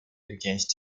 against